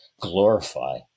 glorify